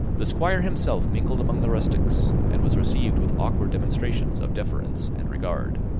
the squire himself mingled among the rustics, and was received with awkward demonstrations of deference and regard.